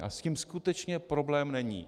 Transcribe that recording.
A s tím skutečně problém není.